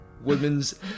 women's